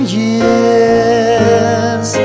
years